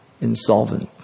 insolvent